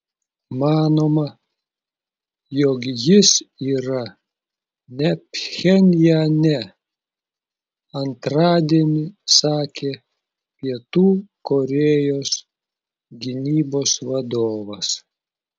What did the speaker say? manoma jog jis yra ne pchenjane antradienį sakė pietų korėjos gynybos vadovas